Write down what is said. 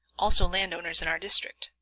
also landowners in our district,